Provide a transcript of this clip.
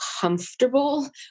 comfortable